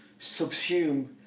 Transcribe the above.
subsume